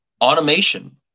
automation